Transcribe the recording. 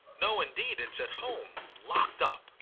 no indeed. it's at home, locked up.